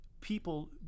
people